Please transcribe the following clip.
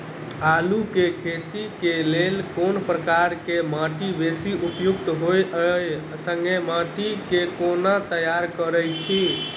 आलु केँ खेती केँ लेल केँ प्रकार केँ माटि बेसी उपयुक्त होइत आ संगे माटि केँ कोना तैयार करऽ छी?